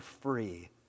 free